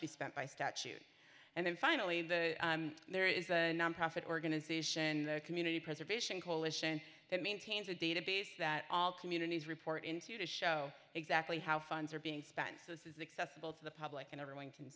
to be spent by statute and then finally there is the nonprofit organization the community preservation coalition that maintains a database that all communities report into to show exactly how funds are being spent so this is accessible to the public and everyone can